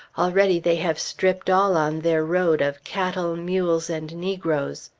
already they have stripped all on their road of cattle, mules, and negroes.